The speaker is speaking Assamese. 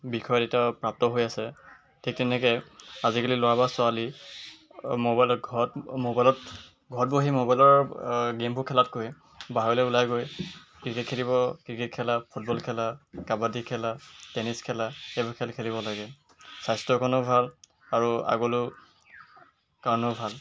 বিষয়ত তেতিয়া প্ৰাপ্ত হৈ আছে ঠিক তেনেকৈ আজিকালি ল'ৰা বা ছোৱালী মোবাইলত ঘৰত মোবাইলত ঘৰত বহি মোবাইলৰ গেমবোৰ খেলাতকৈ বাহিৰলৈ ওলাই গৈ ক্ৰিকেট খেলিব ক্ৰিকেট খেলা ফুটবল খেলা কাবাডী খেলা টেনিছ খেলা সেইবোৰ খেল খেলিব লাগে স্বাস্থ্যৰ কাৰণেও ভাল আৰু আগলৈও কাৰণেও ভাল